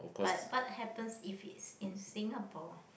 but but happens if it's in Singapore